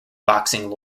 boxing